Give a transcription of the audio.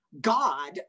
God